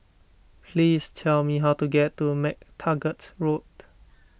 please tell me how to get to MacTaggart Road